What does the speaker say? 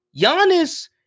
Giannis